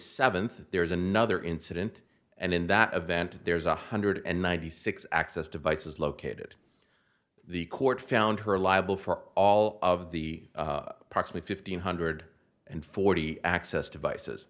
seventh there is another incident and in that event there's one hundred and ninety six access devices located the court found her liable for all of the probably fifteen hundred and forty access devices